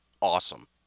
awesome